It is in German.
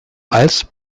als